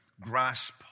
grasp